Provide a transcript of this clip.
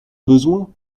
besoin